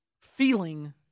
feeling